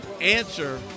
answer